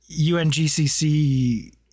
UNGCC